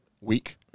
week